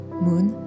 Moon